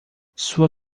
sua